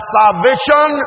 salvation